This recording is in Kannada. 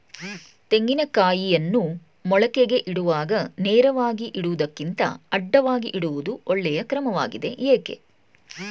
ತೆಂಗಿನ ಕಾಯಿಯನ್ನು ಮೊಳಕೆಗೆ ಇಡುವಾಗ ನೇರವಾಗಿ ಇಡುವುದಕ್ಕಿಂತ ಅಡ್ಡಲಾಗಿ ಇಡುವುದು ಒಳ್ಳೆಯ ಕ್ರಮವಾಗಿದೆ ಏಕೆ?